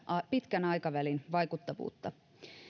pitkän aikavälin vaikuttavuutta